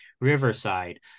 Riverside